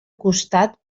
costat